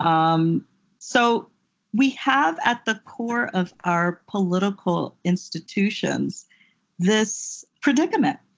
um so we have at the core of our political institutions this predicament.